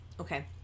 Okay